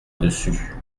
dessus